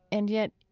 and yet,